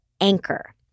anchor